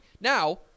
Now